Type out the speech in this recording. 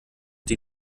die